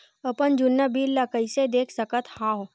अपन जुन्ना बिल ला कइसे देख सकत हाव?